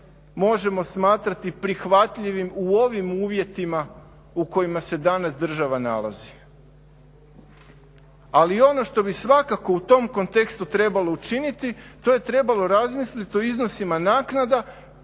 možemo smatrati prihvatljivim u ovim uvjetima u kojima se danas država nalazi. Ali ono što bi svakako u tom kontekstu trebalo učiniti, to je trebalo razmisliti o iznosima naknada